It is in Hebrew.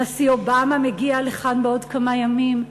הנשיא אובמה מגיע לכאן בעוד כמה ימים.